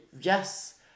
yes